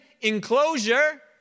enclosure